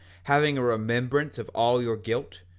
having a remembrance of all your guilt,